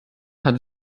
hat